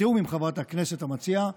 בתיאום עם חברת הכנסת המציעה,